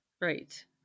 Right